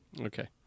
Okay